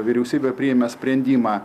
vyriausybė priėmė sprendimą